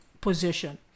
position